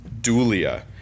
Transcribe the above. dulia